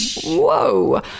whoa